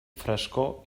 frescor